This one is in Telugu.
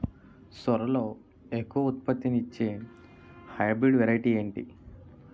సోరలో ఎక్కువ ఉత్పత్తిని ఇచే హైబ్రిడ్ వెరైటీ ఏంటి?